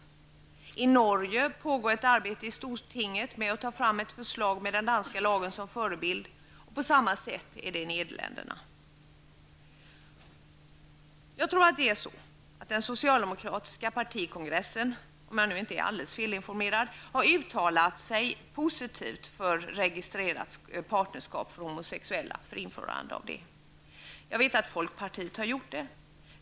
I Norge pågår ett arbete i stortinget med att ta fram ett förslag med den danska lagen som förebild och på samma sätt är det i Den socialdemokratiska partikongressen har -- om jag inte är alldeles felinformerad -- uttalat sig positivt för införande av registrerat partnerskap för homosexuella. Jag vet att folkpartiet har gjort det.